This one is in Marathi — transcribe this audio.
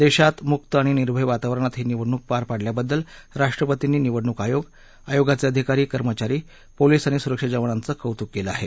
देशात मुक्त आणि निर्भय वातावरणात ही निवडणूक पार पाडल्याबद्दल राष्ट्रपतींनी निवडणूक आयोग आयोगाचे अधिकारी कर्मचारी पोलीस आणि सुरक्षा जवानांचं कौतुक केलं आहे